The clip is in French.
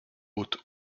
hautes